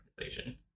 organization